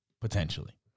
Potentially